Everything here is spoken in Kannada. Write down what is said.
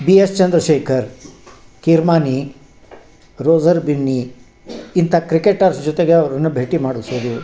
ಬಿ ಎಸ್ ಚಂದ್ರಶೇಖರ್ ಕೀರ್ಮಾನಿ ರೋಝರ್ ಬಿನ್ನಿ ಇಂಥ ಕ್ರಿಕೆಟರ್ಸ್ ಜೊತೆಗೆ ಅವರನ್ನ ಭೇಟಿ ಮಾಡಿಸೋದು